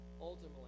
ultimately